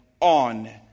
on